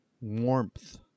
warmth